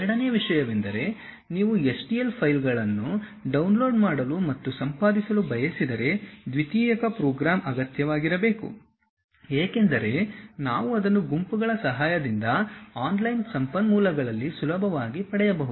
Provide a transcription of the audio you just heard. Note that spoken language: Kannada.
ಎರಡನೆಯ ವಿಷಯವೆಂದರೆ ನೀವು STL ಫೈಲ್ಗಳನ್ನು ಡೌನ್ಲೋಡ್ ಮಾಡಲು ಮತ್ತು ಸಂಪಾದಿಸಲು ಬಯಸಿದರೆ ದ್ವಿತೀಯಕ ಪ್ರೋಗ್ರಾಂ ಅಗತ್ಯವಾಗಿರಬೇಕು ಏಕೆಂದರೆ ನಾವು ಅದನ್ನು ಗುಂಪುಗಳ ಸಹಾಯದಿಂದ ಆನ್ಲೈನ್ ಸಂಪನ್ಮೂಲಗಳಲ್ಲಿ ಸುಲಭವಾಗಿ ಪಡೆಯಬಹುದು